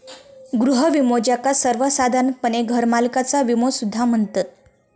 गृह विमो, ज्याका सर्वोसाधारणपणे घरमालकाचा विमो सुद्धा म्हणतत